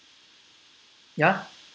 ya